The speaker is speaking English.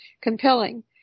compelling